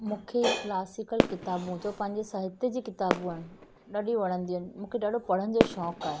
मूंखे क्लासिकल किताबूं जो पंहिंजे साहित्य जी किताबूं आहिनि ॾाढी वणंदियूं आहिनि मूंखे ॾाढो पढ़ण जो शौक़ु आहे